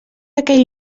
aquell